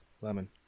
Lemon